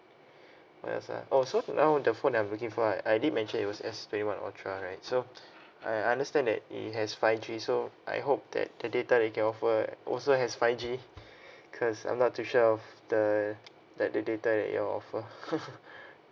what else ah oh so now the phone that I'm looking for right I did mention it was S twenty one ultra right so I understand that it has five G so I hope that the data that you can offer also has five G because I'm not too sure of the like the data that you offer